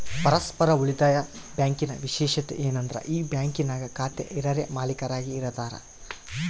ಪರಸ್ಪರ ಉಳಿತಾಯ ಬ್ಯಾಂಕಿನ ವಿಶೇಷತೆ ಏನಂದ್ರ ಈ ಬ್ಯಾಂಕಿನಾಗ ಖಾತೆ ಇರರೇ ಮಾಲೀಕರಾಗಿ ಇರತಾರ